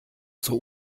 zur